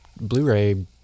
Blu-ray